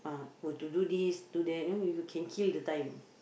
were to do this do that know you can kill the time